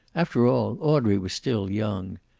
after all, audrey was still young.